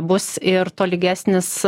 bus ir tolygesnis